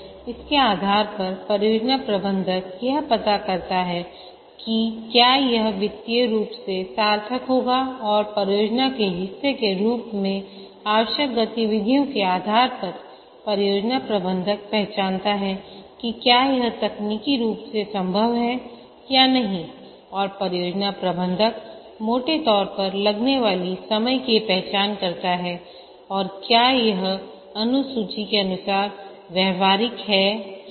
इसके आधार पर परियोजना प्रबंधक यह पता करता है कि क्या यह वित्तीय रूप से सार्थक होगा और परियोजना के हिस्से के रूप में आवश्यक गतिविधियों के आधार पर परियोजना प्रबंधक पहचानता है कि क्या यह तकनीकी रूप से संभव है या नहीं और परियोजना प्रबंधक मोटे तौर पर लगने वाले समय की पहचान करता हैऔर क्या यह अनुसूची के अनुसार व्यावहारिक है या नहीं